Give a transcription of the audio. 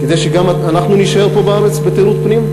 כדי שגם אנחנו נישאר פה בארץ בתיירות פנים,